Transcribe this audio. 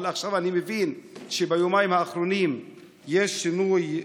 אבל עכשיו אני מבין שביומיים האחרונים יש שינוי.